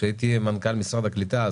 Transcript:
כשהייתי מנכ"ל משרד הקליטה,